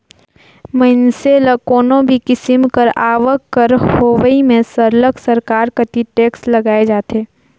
मइनसे ल कोनो भी किसिम कर आवक कर होवई में सरलग सरकार कती टेक्स लगाएच जाथे